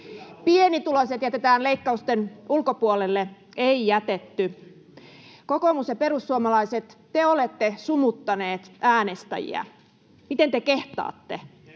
”Pienituloiset jätetään leikkausten ulkopuolelle.” — Ei jätetty. Kokoomus ja perussuomalaiset, te olette sumuttaneet äänestäjiä. Miten te kehtaatte?